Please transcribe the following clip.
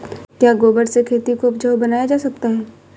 क्या गोबर से खेती को उपजाउ बनाया जा सकता है?